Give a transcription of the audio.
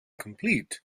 complete